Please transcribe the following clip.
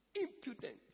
Impudent